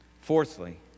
Fourthly